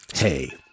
Hey